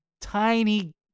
tiny